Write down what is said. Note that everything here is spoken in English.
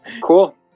Cool